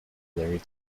larry